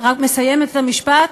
רק מסיימת את המשפט.